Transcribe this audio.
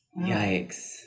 yikes